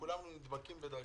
וכולנו דבקים בדרכיהם.